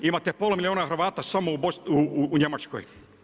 Imate pola milijuna Hrvata samo u Njemačkoj.